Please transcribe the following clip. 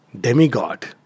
Demigod